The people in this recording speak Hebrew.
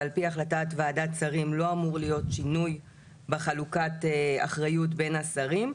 ועל פי החלטת ועדת שרים לא אמור להיות שינוי בחלוקת אחריות בין השרים.